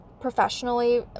professionally